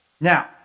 Now